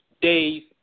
days